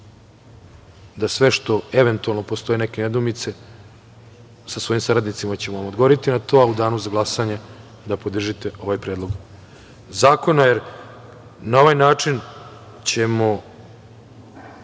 za sve što, eventualno, postoje neke nedoumice, sa svojim saradnicima ćemo vam odgovoriti na to, a u danu za glasanje da podržite ovaj Predlog zakona, jer na ovaj način ćemo